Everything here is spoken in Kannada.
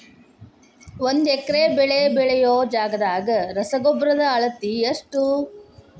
ಒಂದ್ ಎಕರೆ ಬೆಳೆ ಬೆಳಿಯೋ ಜಗದಾಗ ರಸಗೊಬ್ಬರದ ಅಳತಿ ಎಷ್ಟು?